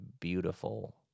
beautiful